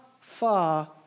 far